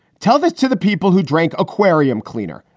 tell that to the people who drank aquarium cleaner.